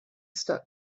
stuck